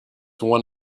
one